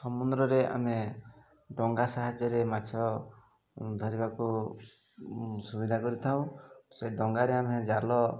ସମୁଦ୍ରରେ ଆମେ ଡଙ୍ଗା ସାହାଯ୍ୟରେ ମାଛ ଧରିବାକୁ ସୁବିଧା କରିଥାଉ ସେ ଡଙ୍ଗାରେ ଆମେ ଜାଲ